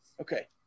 Okay